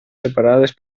separades